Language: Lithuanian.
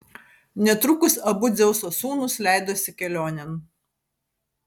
netrukus abu dzeuso sūnūs leidosi kelionėn